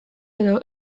edo